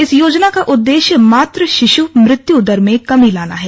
इस योजना का उददेश्य मात शिश् मृत्यू दर में कमी लाना है